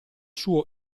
suo